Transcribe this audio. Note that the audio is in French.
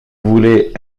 voulez